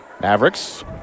Mavericks